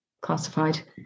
classified